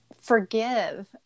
forgive